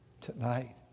tonight